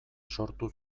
sortu